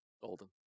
Golden